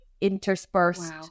interspersed